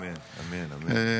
אמן, אמן, אמן.